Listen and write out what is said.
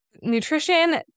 nutrition